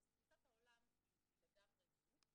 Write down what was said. אז תפיסת העולם היא לגמרי זו.